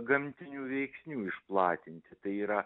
gamtinių veiksnių išplatinti tai yra